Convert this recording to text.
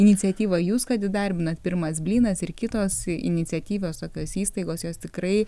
iniciatyva jūs kad įdarbinat pirmas blynas ir kitos iniciatyvos tokios įstaigos jos tikrai